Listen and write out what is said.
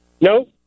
No